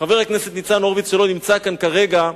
חבר הכנסת ניצן הורוביץ, שלא נמצא כאן כרגע,